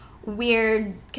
Weird